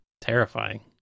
Terrifying